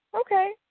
Okay